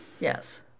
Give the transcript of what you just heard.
Yes